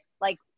like-